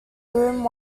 groom